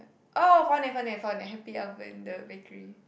oh found it found it I found the Happy Oven the bakery